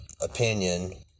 opinion